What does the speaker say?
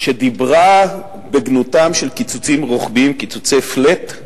מדברת בגנותם של קיצוצים רוחביים, קיצוצי flat,